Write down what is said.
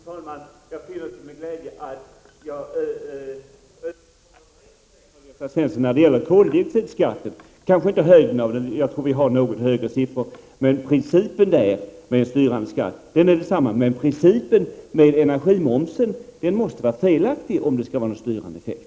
Fru talman! Jag finner till min glädje att jag och Karl-Gösta Svenson är överens när det gäller koldioxidskatten, kanske inte när det gäller höjden för vi har en litet högre siffra, men principen där med styrande skatt är densamma. Principen med energimoms måste då vara felaktig om den skall ha någon styrande effekt.